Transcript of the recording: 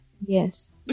Yes